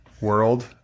world